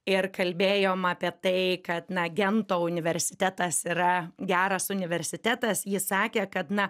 ir kalbėjom apie tai kad na gento universitetas yra geras universitetas jis sakė kad na